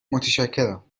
متشکرم